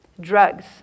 drugs